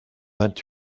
vingt